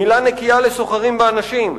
מלה נקייה לסוחרים באנשים,